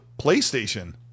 PlayStation